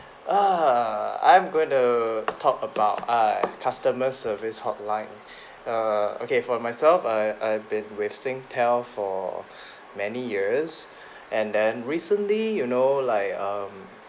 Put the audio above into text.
err I'm going to talk about uh customer service hotline err okay for myself I I been with Singtel for many years and then recently you know like um